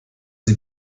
sie